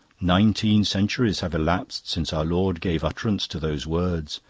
nineteen centuries have elapsed since our lord gave utterance to those words,